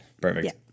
perfect